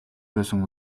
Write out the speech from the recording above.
байсан